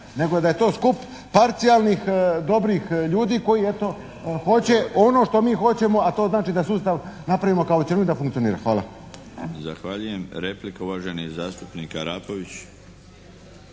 nego da je to skup parcijalnih, dobrih ljudi koji eto hoće ono što mi hoćemo, a to znači da sustav napravimo kao cjelinu i da funkcionira. Hvala. **Milinović, Darko (HDZ)** Zahvaljujem. Replika uvaženi zastupnik Arapović.